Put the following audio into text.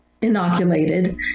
inoculated